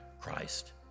Christ